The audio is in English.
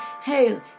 hey